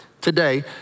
today